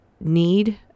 need